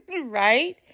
Right